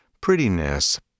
prettiness